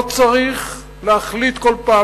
לא צריך להחליט כל פעם.